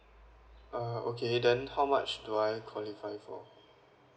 uh okay then how much do I qualify for